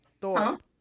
Thorpe